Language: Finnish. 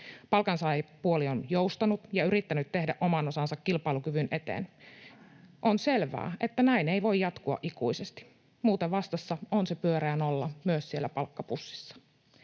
Palkansaajapuoli on joustanut ja yrittänyt tehdä oman osansa kilpailukyvyn eteen. On selvää, että näin ei voi jatkua ikuisesti. Muuten vastassa on se pyöreä nolla myös siellä palkkapussissa.